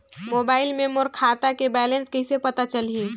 Mobile मे मोर खाता के बैलेंस कइसे पता चलही?